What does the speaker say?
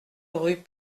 rue